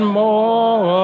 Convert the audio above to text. more